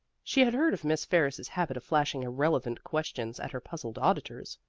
she had heard of miss ferris's habit of flashing irrelevant questions at her puzzled auditors,